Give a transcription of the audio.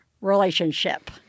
relationship